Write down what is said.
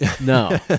no